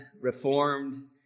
Reformed